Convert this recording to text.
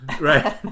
right